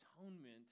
atonement